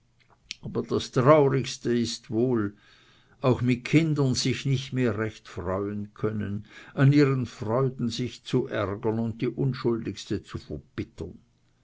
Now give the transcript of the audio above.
aber das traurigste ist wohl auch mit kindern sich nicht mehr recht freuen zu können an ihren freuden sich zu ärgern und die unschuldigste zu verbittern